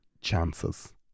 Chances